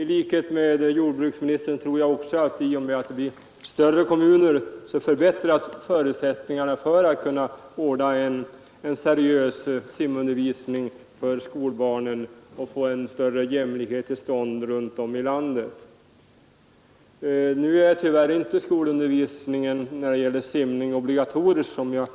I likhet med jordbruksministern tror jag också att i och med att det blir större kommuner förbättras också förutsättningarna att ordna en seriös simundervisning för skolbarnen och få till stånd större jämlikhet runt om i landet. Nu är tyvärr inte undervisningen i simning obligatorisk i skolan,